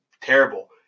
terrible